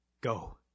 go